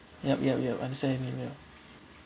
you know yup yup yup I understand you yup